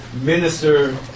Minister